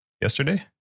yesterday